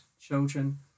children